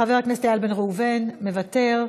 חבר הכנסת איל בן ראובן, מוותר,